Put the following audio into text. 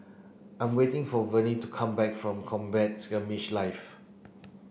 I am waiting for Vennie to come back from Combat Skirmish Live